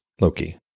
Loki